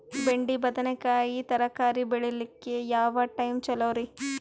ಬೆಂಡಿ ಬದನೆಕಾಯಿ ತರಕಾರಿ ಬೇಳಿಲಿಕ್ಕೆ ಯಾವ ಟೈಮ್ ಚಲೋರಿ?